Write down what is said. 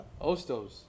Ostos